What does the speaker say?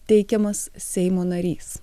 teikiamas seimo narys